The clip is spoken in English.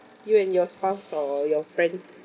you and your spouse or your friend